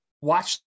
watch